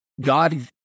god